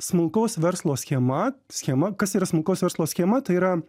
smulkaus verslo schema schema kas yra smulkaus verslo schema tai yra